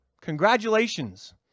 Congratulations